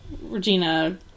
Regina